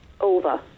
Over